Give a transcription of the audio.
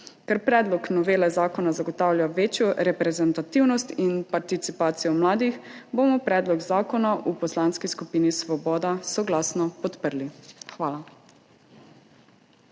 Ker predlog novele zakona zagotavlja večjo reprezentativnost in participacijo mladih, bomo predlog zakona v Poslanski skupini Svoboda soglasno podprli. Hvala.